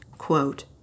quote